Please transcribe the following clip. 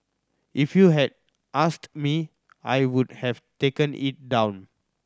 if you had asked me I would have taken it down